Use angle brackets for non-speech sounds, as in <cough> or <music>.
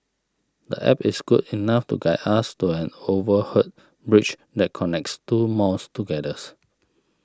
the App is good enough to guide us to an overhead bridge that connects two malls together <hesitation>